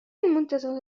المنتزه